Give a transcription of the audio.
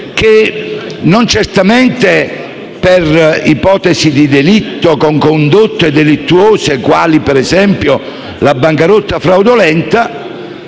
che, non certamente per ipotesi di condotte delittuose quali ad esempio la bancarotta fraudolenta,